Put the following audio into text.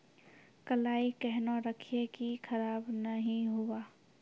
कलाई केहनो रखिए की खराब नहीं हुआ?